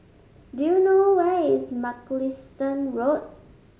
do you know where is Mugliston Road